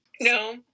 No